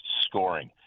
scoring